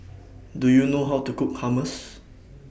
Do YOU know How to Cook Hummus